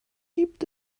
gibt